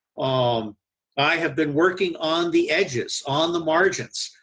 um i have been working on the edges, on the margins.